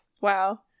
wow